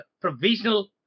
Provisional